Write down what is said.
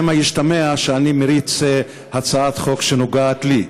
שמא ישתמע שאני מריץ הצעת חוק שנוגעת לי.